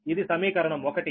ఇది సమీకరణం 1